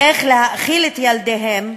איך להאכיל את ילדיהם,